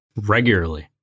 regularly